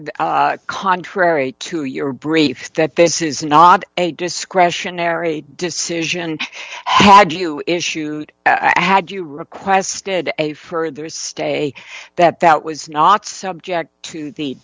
arguing contrary to your briefs that this is not a discretionary decision had you issued i had you requested a further stay that that was not subject to the